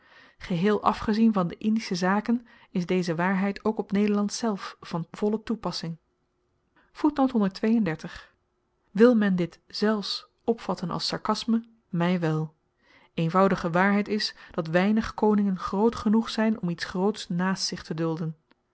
geheel afgezien van de indische zaken is deze waarheid ook op nederland zelf van volle toepassing wil men dit zelfs opvatten als sarkasme my wel eenvoudige waarheid is dat weinig koningen groot genoeg zyn om iets groots naast zich te dulden